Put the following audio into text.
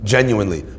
Genuinely